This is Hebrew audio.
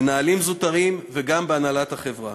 מנהלים זוטרים וגם בהנהלת החברה.